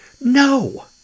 No